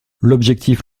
l’objectif